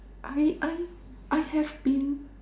I I I have been